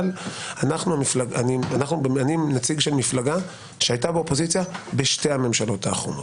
אני נציג של מפלגה שהייתה באופוזיציה בשתי הממשלות האחרונות.